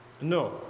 No